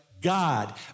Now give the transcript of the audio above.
God